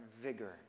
vigor